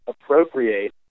appropriate